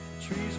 Trees